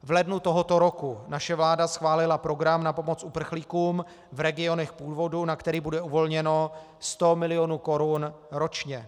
V lednu tohoto roku naše vláda schválila program na pomoc uprchlíkům v regionech původu, na který bude uvolněno sto milionů korun ročně.